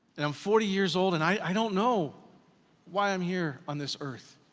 and i'm forty years old and i don't know why i'm here on this earth,